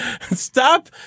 Stop